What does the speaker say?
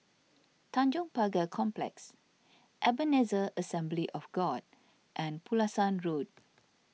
Tanjong Pagar Complex Ebenezer Assembly of God and Pulasan Road